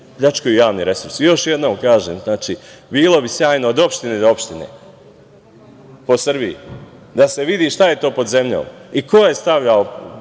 pljačkaju javni resursi. Još jednom kažem, bilo bi sjajno od opštine do opštine po Srbiji, da se vidi šta je to pod zemljom i ko je stavljao